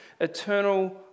eternal